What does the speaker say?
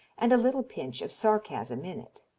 and a little pinch of sarcasm in it.